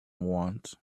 want